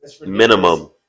Minimum